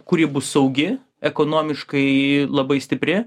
kuri bus saugi ekonomiškai labai stipri